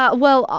ah well,